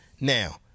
Now